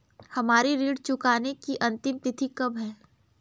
हमारी ऋण चुकाने की अंतिम तिथि कब है?